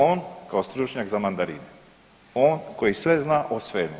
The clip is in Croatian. On kao stručnjak za mandarine, on koji sve zna o svemu.